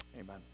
Amen